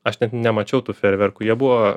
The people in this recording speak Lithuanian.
aš net nemačiau tų fejerverkų jie buvo